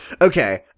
okay